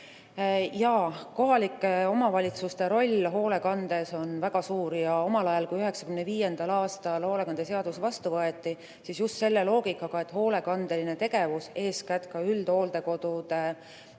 Jaa, kohalike omavalitsuste roll hoolekandes on väga suur. Omal ajal, 1995. aastal, kui hoolekandeseadus vastu võeti, jäeti just selle loogika järgi hoolekandelise tegevuse, eeskätt üldhooldekodude tegevuse